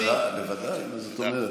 בוודאי, מה זאת אומרת.